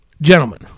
Gentlemen